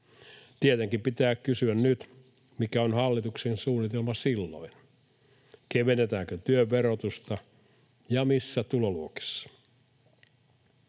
Tietenkin pitää kysyä nyt, mikä on hallituksen suunnitelma silloin. Kevennetäänkö työn verotusta ja missä tuloluokissa?